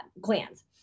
glands